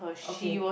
okay